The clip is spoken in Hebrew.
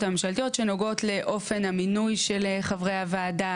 ממשלתיות שנוגעות לאופן המינוי של חברי הוועדה,